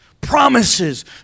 promises